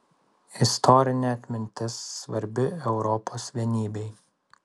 istorinė atmintis svarbi europos vienybei